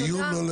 תודה.